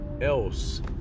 else